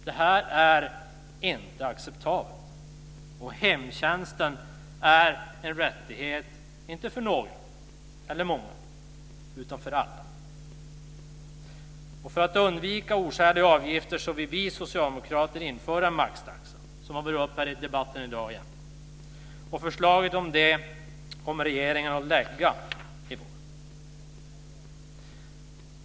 Det här är inte acceptabelt. Hemtjänsten är inte en rättighet för några eller för många utan för alla. För att undvika oskäliga avgifter vill vi socialdemokrater införa maxtaxa. Det har varit uppe i dagens debatt igen. Regeringen kommer att lägga fram förslaget om detta i vår.